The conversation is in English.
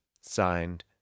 Signed